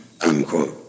unquote